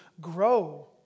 grow